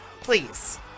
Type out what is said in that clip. Please